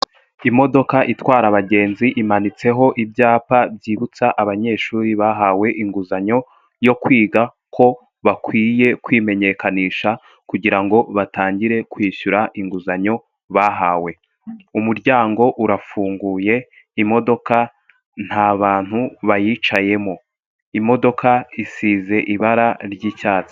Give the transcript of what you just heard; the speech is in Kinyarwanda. Imodoka itwara abagenzi, imanitseho ibyapa byibutsa abanyeshuri bahawe inguzanyo yo kwiga ko bakwiye kwimenyekanisha kugira ngo batangire kwishyura inguzanyo bahawe, umuryango urafunguye, imodoka ntabantu bayicayemo, imodoka isize ibara ry'icyatsi.